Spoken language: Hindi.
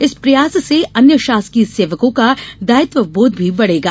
इस प्रयास से अन्य शासकीय सेवकों का दायित्वबोध भी बढ़ेगा